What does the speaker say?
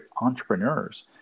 entrepreneurs